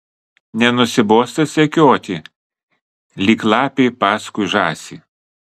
nenusibosta sekioti lyg lapei paskui žąsį